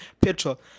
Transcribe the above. petrol